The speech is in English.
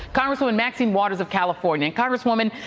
congresswoman maxine waters of california. congresswoman,